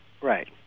Right